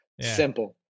Simple